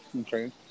Okay